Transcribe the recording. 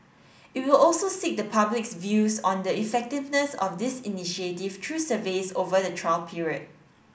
it will also seek the public's views on the effectiveness of this initiative through surveys over the trial period